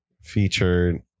Featured